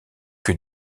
que